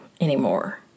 anymore